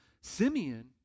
Simeon